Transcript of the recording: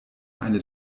eine